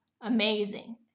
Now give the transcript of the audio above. Amazing